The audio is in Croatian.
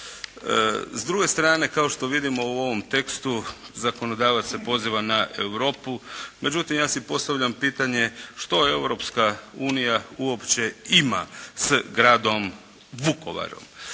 S druge strane kao što vidimo u ovom tekstu zakonodavac se poziva na Europu, međutim ja si postavljam pitanje što Europska unija uopće ima s gradom Vukovarom.